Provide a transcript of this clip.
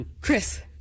Chris